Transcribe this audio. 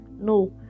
No